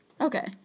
Okay